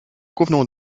convenons